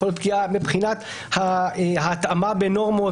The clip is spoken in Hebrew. יכולה להיות פגיעה מבחינת ההתאמה בנורמות,